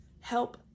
Help